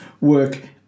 work